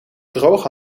droge